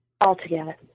altogether